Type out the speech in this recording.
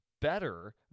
better